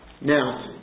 Now